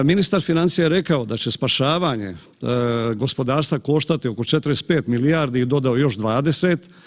Ministar financija je rekao da će spašavanje gospodarstva koštati oko 45 milijardi i dodao još 20.